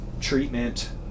treatment